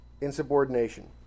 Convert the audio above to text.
insubordination